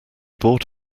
bought